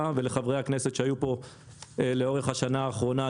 ולחברי הכנסת שהיו פה לאורך השנה האחרונה,